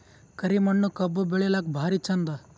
ಕರಿ ಮಣ್ಣು ಕಬ್ಬು ಬೆಳಿಲ್ಲಾಕ ಭಾರಿ ಚಂದ?